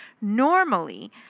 normally